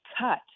cut